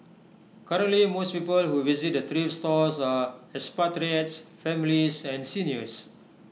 currently most people who visit the thrift stores are expatriates families and seniors